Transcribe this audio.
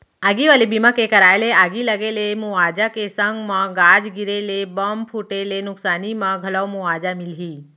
आगी वाले बीमा के कराय ले आगी लगे ले मुवाजा के संग म गाज गिरे ले, बम फूटे ले नुकसानी म घलौ मुवाजा मिलही